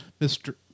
Mr